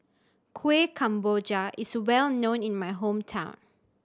Kueh Kemboja is well known in my hometown